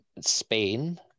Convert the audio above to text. Spain